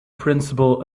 principle